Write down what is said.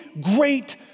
great